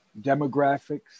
demographics